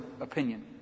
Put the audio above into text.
opinion